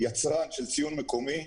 יצרן של ציוד מקומי.